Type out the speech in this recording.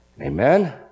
amen